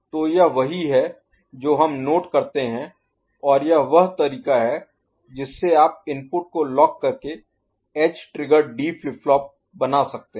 तो यह वही है जो हम नोट करते हैं और यह वह तरीका है जिससे आप इनपुट को लॉक करके edge triggered D flip flop बना सकते हैं